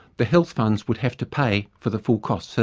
the health funds would have to pay for the full costs.